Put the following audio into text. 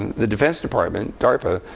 the defense department, darpa,